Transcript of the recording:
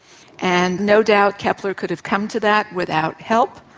and no doubt kepler could have come to that without help,